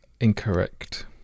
incorrect